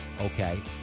okay